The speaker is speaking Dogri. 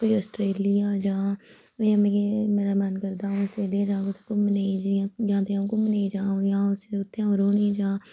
आस्ट्रेलिया जां इ'यां मिगी मेरा मन करदा अ'ऊं आस्ट्रेलिया जां कुदै घूमने गी जां ते अ'ऊं घूमने जां जां उत्थें अ'ऊं रौह्ने जां